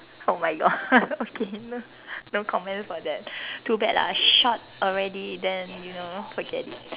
oh my god okay no no comments for that too bad lah short already then you know forget it